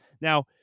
Now